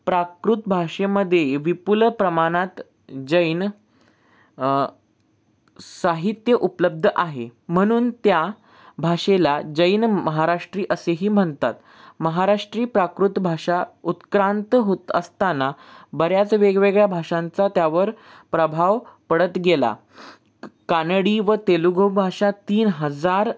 प्राकृत भाषेमध्ये विपुल प्रमाणात जैन साहित्य उपलब्ध आहे म्हणून त्या भाषेला जैन महाराष्ट्री असेही म्हणतात महाराष्ट्री प्राकृत भाषा उत्क्रांत होत असताना बऱ्याच वेगवेगळ्या भाषांचा त्यावर प्रभाव पडत गेला कानडी व तेलुगू भाषा तीन हजार